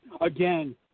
Again